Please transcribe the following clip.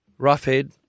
Roughhead